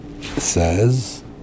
says